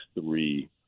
three